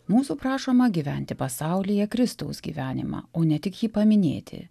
mūsų prašoma gyventi pasaulyje kristaus gyvenimą o ne tik jį paminėti